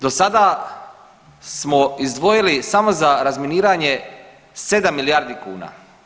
Do sada smo izdvojili samo za razminiranje 7 milijardi kuna.